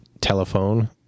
telephone